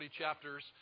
chapters